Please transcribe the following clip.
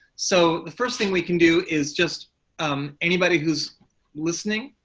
so the first thing we can do is just um anybody who's listening,